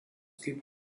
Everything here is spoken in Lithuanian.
kaip